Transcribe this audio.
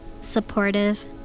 supportive